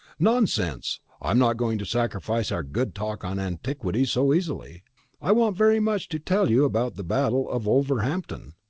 nonsense! i'm not going to sacrifice our good talk on antiquities so easily. i want very much to tell you about the battle of wolverhampton.